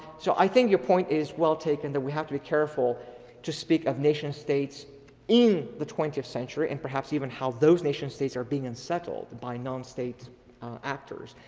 so i think your point is well taken that we have to be careful to speak of nation states in the twentieth century and perhaps even how those nation states are being unsettled by non state actors.